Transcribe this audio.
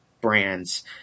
brands